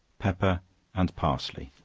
pepper and parsley